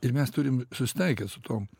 ir mes turim susitaikyt su tuom